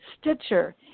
Stitcher